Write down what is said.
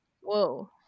Whoa